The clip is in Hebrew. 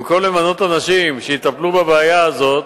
במקום למנות אנשים שיטפלו בבעיה הזאת,